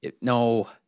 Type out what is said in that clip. no